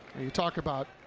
you talk about,